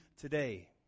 today